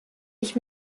ich